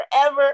forever